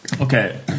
Okay